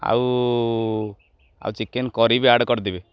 ଆଉ ଆଉ chicken curry ବି ଆଡ଼୍ କରିଦେବେ